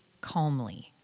calmly